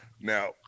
Now